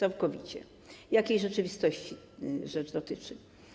Jakiej rzeczywistości rzecz dotyczy?